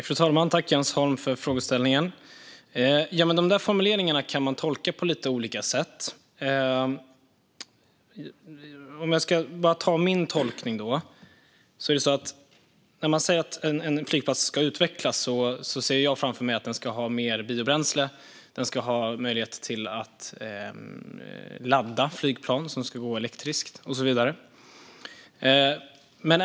Fru talman! Tack, Jens Holm, för frågeställningarna! De där formuleringarna kan man tolka på lite olika sätt. Jag kan bara ta min tolkning. När man säger att en flygplats ska utvecklas ser jag framför mig att den ska ha mer biobränsle, att det ska finnas möjlighet för elektriska flygplan att ladda och så vidare.